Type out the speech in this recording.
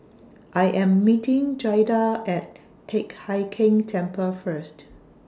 I Am meeting Jaida At Teck Hai Keng Temple First